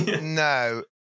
No